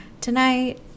tonight